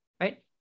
right